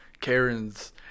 Karen's